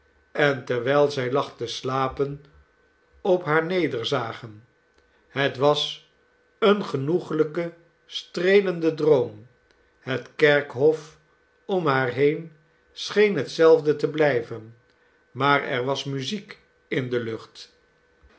gezien enterwijl zij lag te slapen op haar nederzagen het was een genoeglijke streelende droom het kerkhof om haar heen scheen hetzelfde te blijven maar er was muziek in de lucht